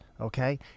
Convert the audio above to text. Okay